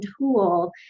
tool